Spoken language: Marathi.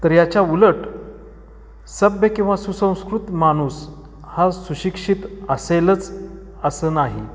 तर याच्या उलट सभ्य किंवा सुसंस्कृत माणूस हा सुशिक्षित असेलच असं नाही